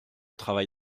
travail